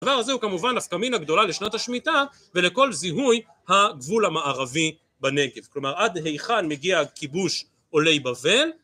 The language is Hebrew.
הדבר הזה הוא כמובן נפקא מינא גדולה לשנת השמיטה, ולכל זיהוי הגבול המערבי בנגב, כלומר עד היכן מגיע כיבוש עולי בבל